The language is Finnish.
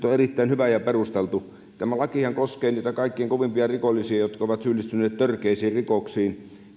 on erittäin hyvä ja perusteltu tämä lakihan koskee niitä kaikkein kovimpia rikollisia jotka ovat syyllistyneet törkeisiin rikoksiin